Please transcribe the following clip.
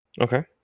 Okay